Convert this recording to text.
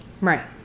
Right